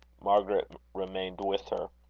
margaret remained with her.